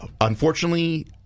Unfortunately